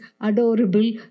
adorable